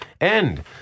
end